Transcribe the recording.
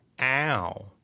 ow